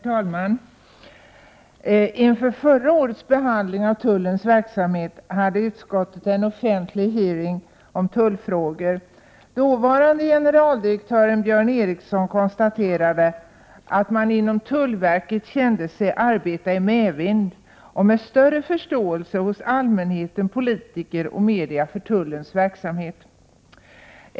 Herr talman! Inför förra årets behandling av tullens verksamhet hade utskottet en offentlig utfrågning om tullfrågor. Dåvarande generaldirektören Björn Eriksson konstaterade att man inom tullverket kände sig arbeta i medvind och att man upplevde en större förståelse från allmänheten, politiker och media för tullens verksamhet.